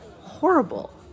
horrible